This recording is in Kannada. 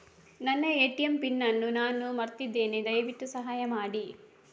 ನನ್ನ ಎ.ಟಿ.ಎಂ ಪಿನ್ ಅನ್ನು ನಾನು ಮರ್ತಿದ್ಧೇನೆ, ದಯವಿಟ್ಟು ಸಹಾಯ ಮಾಡಿ